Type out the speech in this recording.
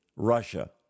Russia